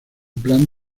plan